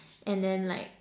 and then like